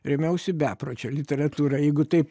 rėmiausi bepročio literatūra jeigu taip